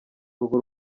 urwo